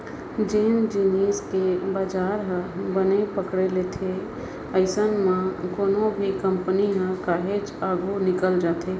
जेन जिनिस के बजार ह बने पकड़े लेथे अइसन म कोनो भी कंपनी ह काहेच आघू निकल जाथे